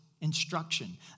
instruction